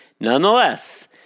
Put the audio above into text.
Nonetheless